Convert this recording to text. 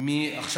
כמה זה עכשיו?